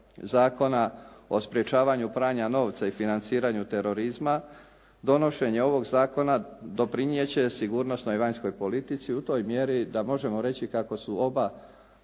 Zakona o sprečavanju pranja novca i financiranju terorizma donošenje ovog zakona doprinijet će sigurnosnoj i vanjskoj politici u toj mjeri da možemo reći kako su oba